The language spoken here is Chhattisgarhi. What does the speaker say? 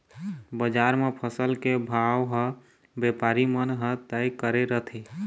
बजार म फसल के भाव ह बेपारी मन ह तय करे रथें